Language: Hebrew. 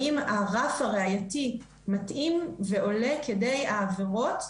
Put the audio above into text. האם הרף הראייתי מתאים ועולה כדי העבירות,